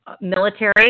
military